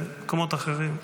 במקומות אחרים,